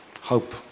hope